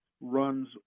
runs